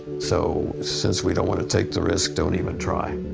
so since we don't want to take the risk, don't even try.